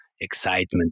excitement